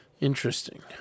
Interesting